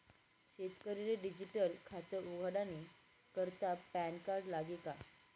शेतकरीले डिजीटल खातं उघाडानी करता पॅनकार्ड लागी का?